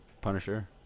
Punisher